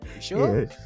sure